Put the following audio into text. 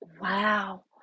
Wow